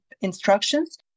instructions